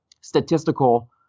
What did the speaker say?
statistical